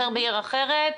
אחר בעיר אחרת.